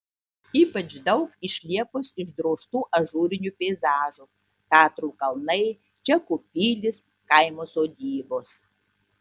ypač daug iš liepos išdrožtų ažūrinių peizažų tatrų kalnai čekų pilys kaimo sodybos